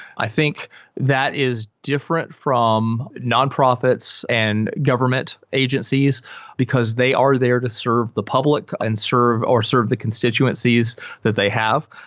i think that is different from nonprofits and government agencies because they are there to serve the public and or serve the constituencies that they have.